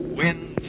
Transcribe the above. wind